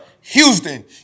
Houston